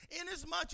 Inasmuch